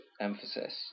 emphasis